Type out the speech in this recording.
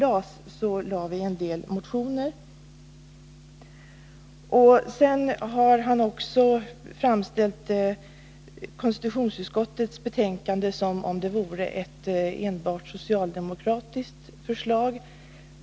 Anders Björck har också framställt konstitutionsutskottets betänkande som om det vore enbart ett socialdemokratiskt förslag.